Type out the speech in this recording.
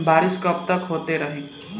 बरिस कबतक होते रही?